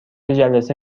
جلسه